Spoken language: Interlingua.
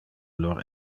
lor